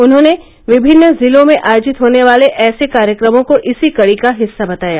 उन्होंने विभिन्न जिलों में आयोजित होने वाले ऐसे कार्यक्रमों को इसी कड़ी का हिस्सा बताया